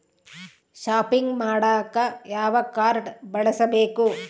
Shopping ಮಾಡಾಕ ಯಾವ card ಬಳಸಬೇಕು?